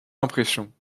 impression